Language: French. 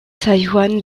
taïwan